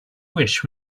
wish